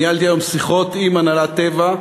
ניהלתי היום שיחות עם הנהלת "טבע",